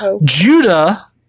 Judah